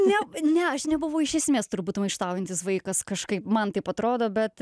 ne ne aš nebuvau iš esmės turbūt maištaujantis vaikas kažkaip man taip atrodo bet